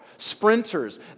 Sprinters